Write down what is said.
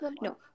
no